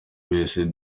wese